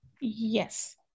Yes